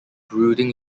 brooding